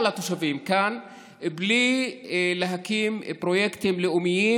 התושבים כאן בלי להקים פרויקטים לאומיים,